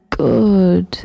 good